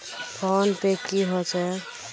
Phone पै की होचे?